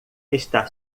está